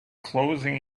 closing